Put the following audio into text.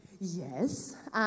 Yes